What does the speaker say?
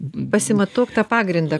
pasimatuok pagrindą